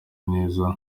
neza